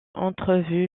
entrevue